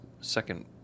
second